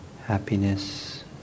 happiness